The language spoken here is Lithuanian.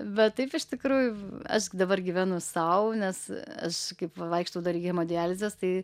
bet taip iš tikrųjų aš dabar gyvenu sau nes aš kaip vaikštau dar į hemodializės tai